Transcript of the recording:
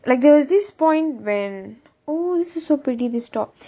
like there was this point when oh this is so pretty this top